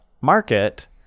market